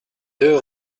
deux